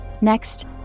Next